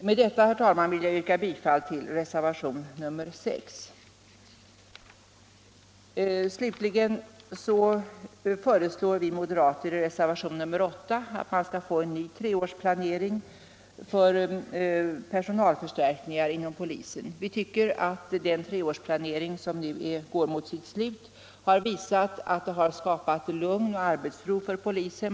Med det anförda, herr talman, ber jag att få yrka bifall till reservationen 6. I reservationen 8 föreslår vi moderater slutligen att en ny treårsplan för personalförstärkningar inom polisväsendet bör göras. Vi tycker att den treårsplan som nu går mot sitt slut har skapat lugn och arbetsro sendet sendet för polisen.